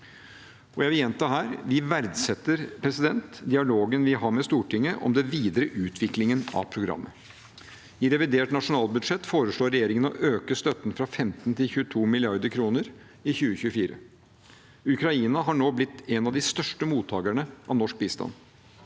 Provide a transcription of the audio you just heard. jeg vil gjenta her: Vi verdsetter dialogen vi har med Stortinget om den videre utviklingen av programmet. I revidert nasjonalbudsjett foreslår regjeringen å øke støtten fra 15 mrd. kr til 22 mrd. kr i 2024. Ukraina har nå blitt en av de største mottakerne av norsk bistand.